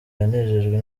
yanejejwe